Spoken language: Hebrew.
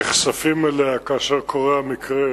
נחשפים אליה כאשר קורה המקרה,